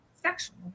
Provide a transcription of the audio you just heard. sexual